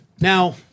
Now